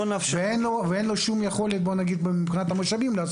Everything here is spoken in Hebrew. ואין לו שום יכולת לעשות את זה מבחינת המשאבים.